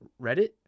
Reddit